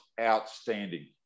outstanding